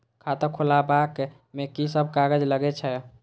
खाता खोलाअब में की सब कागज लगे छै?